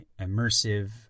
immersive